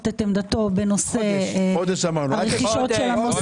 את עמדתו בנושא הרכישות של המוסדיים.